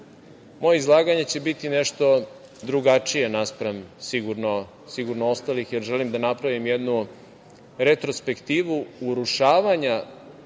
izlaganje će biti nešto drugačije naspram ostalih, jer želim da napravim jednu retrospektivu urušavanja